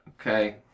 Okay